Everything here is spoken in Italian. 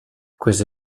queste